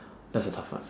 that's a tough one